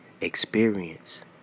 experience